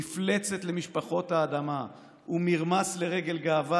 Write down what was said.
מפלצת למשפחות האדמה / ומרמס לרגל גאווה,